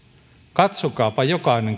katsokaapa jokainen